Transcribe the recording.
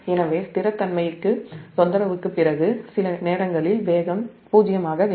எனவே நிலைத்தன்மைக்கு தொந்தரவுக்குப் பிறகு சில நேரங்களில் வேகம் '0' ஆக வேண்டும்